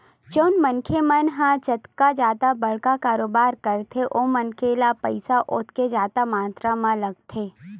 जउन मनखे मन ह जतका जादा बड़का कारोबार करथे ओ मनखे ल पइसा ओतके जादा मातरा म लगथे